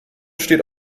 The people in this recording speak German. steht